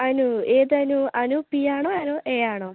അനു ഏത് അനു അനു പി ആണോ അനു എ ആണോ